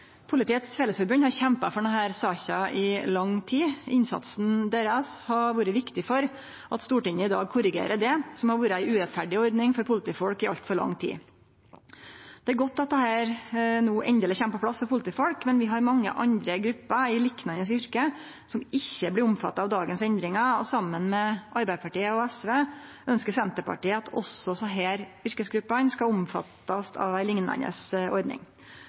Politiets Fellesforbund har kjempa for denne saka i lang tid. Innsatsen deira har vore viktig for at Stortinget i dag korrigerer det som har vore ei urettferdig ordning for politifolk i altfor lang tid. Det er godt at dette no endeleg kjem på plass for politifolk, men vi har mange andre grupper i liknande yrke som ikkje blir omfatta av dagens endringar. Saman med Arbeidarpartiet og SV ønskjer Senterpartiet at også desse yrkesgruppene skal omfattast av ei liknande ordning.